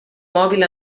mòbil